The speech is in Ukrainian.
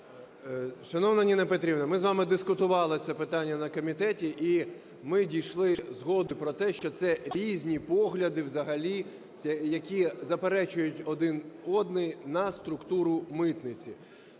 Шановна Ніна Петрівна, ми з вами дискутували це питання на комітеті і ми дійшли згоди про те, що це різні погляди взагалі, які заперечують один одному, на структуру митниці.